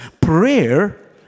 prayer